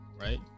right